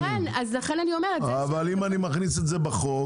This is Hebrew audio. אם אני מכניס את זה בחוק,